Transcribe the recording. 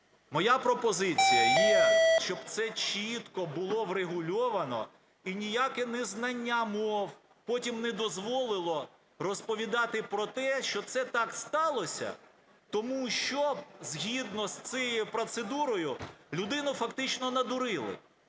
Моя пропозиція є, щоб це чітко було врегульовано, і ніяке не знання мов потім не дозволило розповідати про те, що це так сталося, тому що згідно з цією процедурою людину фактично надурили.